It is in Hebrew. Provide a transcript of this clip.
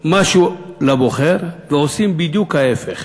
משהו לבוחר ועושות בדיוק להפך.